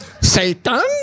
Satan